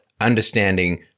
understanding